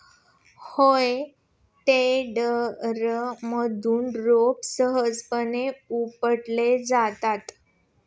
हेई टेडरमधून रोपे सहजपणे उपटली जातात